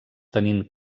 tenint